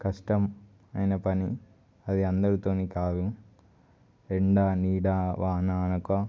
కష్టం అయిన పని అది అందరితోని కాదు ఎండా నీడ వాన అనుకో